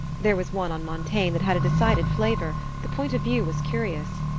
there was one on montaigne that had a decided flavor the point of view was curious.